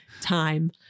time